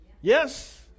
Yes